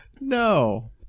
No